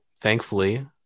thankfully